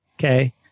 Okay